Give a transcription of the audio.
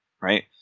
right